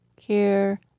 care